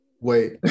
Wait